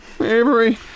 Avery